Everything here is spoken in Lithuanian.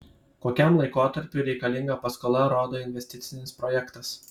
kokiam laikotarpiui reikalinga paskola rodo investicinis projektas